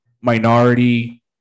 minority